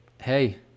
hey